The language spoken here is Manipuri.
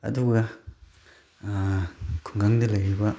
ꯑꯗꯨꯒ ꯈꯨꯡꯒꯪꯗ ꯂꯩꯔꯤꯕ